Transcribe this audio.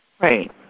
Right